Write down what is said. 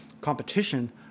competition